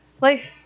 life